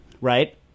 right